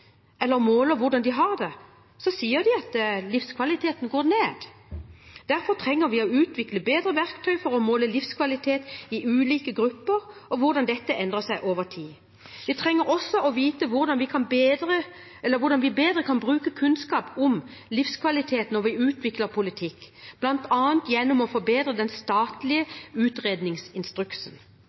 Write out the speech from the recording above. eller måler hvordan de har det, sier de at livskvaliteten går ned. Derfor trenger vi å utvikle bedre verktøy for å måle livskvalitet i ulike grupper og hvordan dette endrer seg over tid. Vi trenger også å vite hvordan vi bedre kan bruke kunnskap om livskvalitet når vi utvikler politikk, bl.a. gjennom å forbedre den statlige utredningsinstruksen.